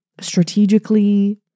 strategically